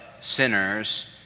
sinners